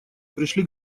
пришли